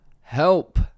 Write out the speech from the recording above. Help